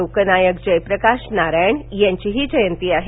लोकनायक जयप्रकाश नारायण यांचीही जयंती आहे